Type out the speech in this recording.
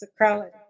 sacrality